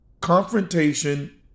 confrontation